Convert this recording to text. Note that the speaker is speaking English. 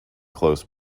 close